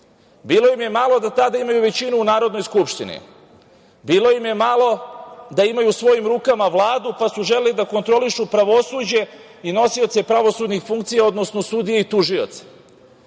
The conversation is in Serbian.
Bilo im je malo da tada imaju većinu u Narodnoj skupštini. Bilo im je malo da imaju u svojim rukama Vladu, pa su želeli da kontrolišu pravosuđe i nosioce pravosudnih funkcija, odnosno sudije i tužioce.